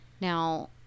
Now